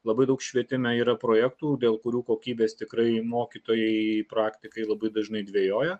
labai daug švietime yra projektų dėl kurių kokybės tikrai mokytojai praktikai labai dažnai dvejoja